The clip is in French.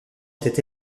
était